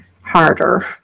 harder